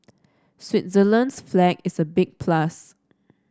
Switzerland's flag is a big plus